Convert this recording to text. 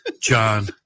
John